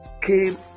came